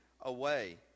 away